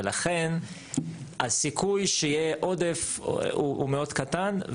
לכן הסיכוי שיהיה עודף הוא מאוד קטן.